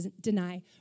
deny